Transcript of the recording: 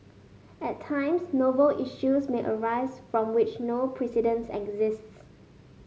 at times novel issues may arise from which no precedents exists